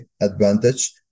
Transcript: advantage